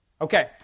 Okay